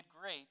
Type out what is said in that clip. great